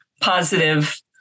positive